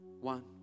One